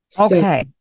Okay